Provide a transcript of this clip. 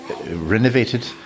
renovated